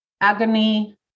agony